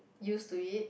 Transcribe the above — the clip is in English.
used to it